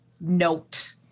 note